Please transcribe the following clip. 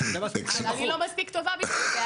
אני לא מספיק טובה בשביל זה?